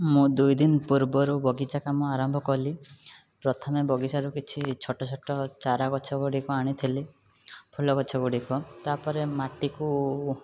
ମୁଁ ଦୁଇଦିନ ପୂର୍ବରୁ ବଗିଚା କାମ ଆରମ୍ଭ କଲି ପ୍ରଥମେ ବଗିଚାରୁ କିଛି ଛୋଟ ଛୋଟ ଚାରା ଗଛ ଗୁଡ଼ିକ ଆଣିଥିଲି ଫୁଲ ଗଛ ଗୁଡ଼ିକ ତାପରେ ମାଟିକୁ